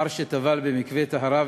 לאחר שטבל במקווה טהרה,